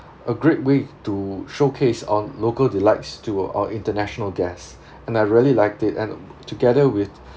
a great way to showcase on local delights to our international guests and I really liked it and together with